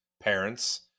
parents